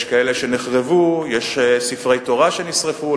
יש כאלה שנחרבו, יש ספרי תורה שנשרפו.